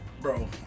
Bro